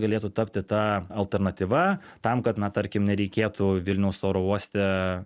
galėtų tapti ta alternatyva tam kad na tarkim nereikėtų vilniaus oro uoste